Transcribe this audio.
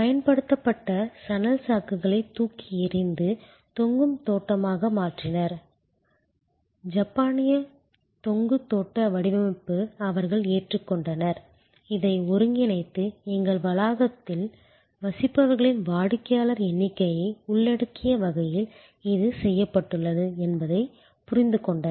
பயன்படுத்தப்பட்ட சணல் சாக்குகளை தூக்கி எறிந்து தொங்கும் தோட்டமாக மாற்றினர் ஜப்பானிய தொங்கு தோட்ட வடிவமைப்பை அவர்கள் ஏற்றுக்கொண்டனர் இதை ஒருங்கிணைத்து எங்கள் வளாகங்களில் வசிப்பவர்களின் வாடிக்கையாளர் எண்ணிக்கையை உள்ளடக்கிய வகையில் இது செய்யப்பட்டுள்ளது என்பதை புரிந்துகொண்டனர்